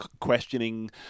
questioning